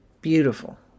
beautiful